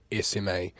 SMA